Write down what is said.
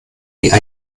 die